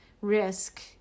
risk